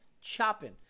chopping